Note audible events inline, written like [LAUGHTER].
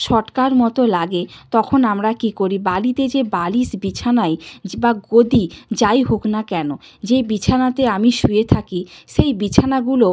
[UNINTELLIGIBLE] মতো লাগে তখন আমার কী করি বাড়িতে যে বালিশ বিছানাই বা গদি যাই হোক না কেন যে বিছানাতে আমি শুয়ে থাকি সেই বিছানাগুলো